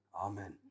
Amen